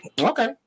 Okay